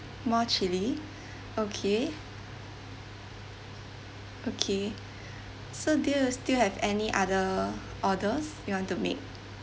more chilli okay okay so do you still have any other orders you want to make